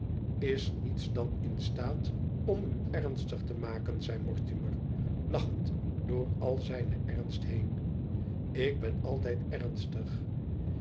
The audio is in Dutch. is niets dan in staat om u ernstig te maken zei mortimer lachend door al zijn ernst heen ik ben altijd ernstig